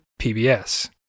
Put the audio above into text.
PBS